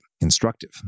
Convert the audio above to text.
instructive